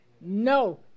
No